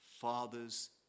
father's